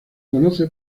conoce